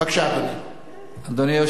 בבקשה, אדוני.